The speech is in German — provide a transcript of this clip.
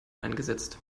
eingesetzt